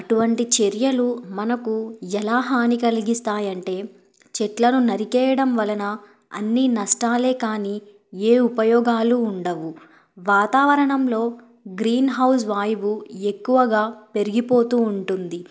అటువంటి చర్యలు మనకు ఎలా హాని కలిగిస్తాయంటే చెట్లను నరికేయడం వలన అన్నీ నష్టాలే కానీ ఏ ఉపయోగాలు ఉండవు వాతావరణంలో గ్రీన్హౌజ్ వాయుపు ఎక్కువగా పెరిగిపోతూ ఉంటుంది